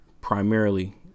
primarily